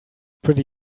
pretty